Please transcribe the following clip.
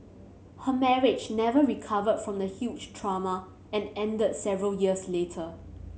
her marriage never recovered from the huge trauma and ended several years later